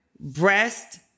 breast